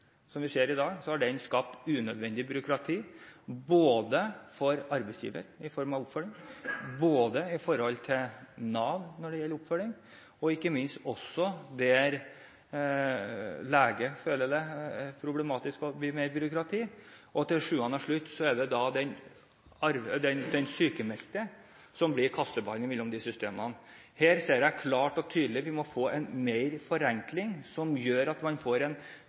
dag, har skapt unødvendig byråkrati både for arbeidsgiver i form av oppfølging, for Nav når det gjelder oppfølging, og ikke minst for leger som føler det problematisk at det blir mer byråkrati. Til syvende og sist er det den sykmeldte som blir kasteballen mellom de systemene. Her ser jeg klart og tydelig at vi må få mer forenkling som gjør at man får en